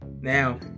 now